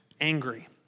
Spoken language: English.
angry